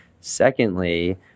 Secondly